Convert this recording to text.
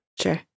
Sure